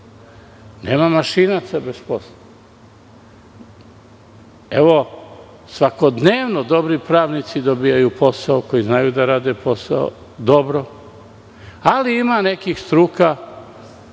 Nema mašinaca bez posla. Svakodnevno dobri pravnici dobijaju posao koji znaju da rade posao dobro, ali ima nekih struka,